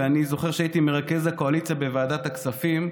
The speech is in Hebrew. ואני זוכר שהייתי מרכז הקואליציה בוועדת הכספים,